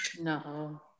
no